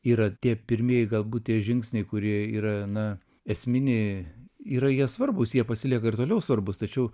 yra tie pirmieji galbūt tie žingsniai kurie yra na esminiai yra jie svarbūs jie pasilieka ir toliau svarbūs tačiau